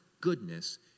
goodness